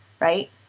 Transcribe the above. Right